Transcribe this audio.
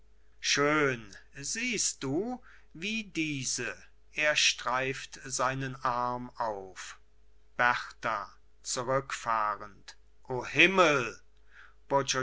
schön siehst du wie diese er streift seinen arm auf berta zurückfahrend o himmel